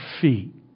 feet